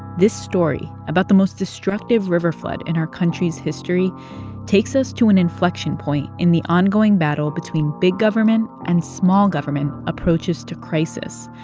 this story about the most destructive river flood in our country's history takes us to an inflection point in the ongoing battle between big government and small government approaches to crisis.